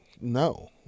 No